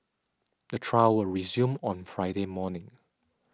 the trial will resume on Friday morning